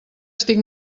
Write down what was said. estic